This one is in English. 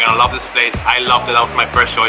love this state i loved it out my first show it